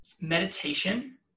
meditation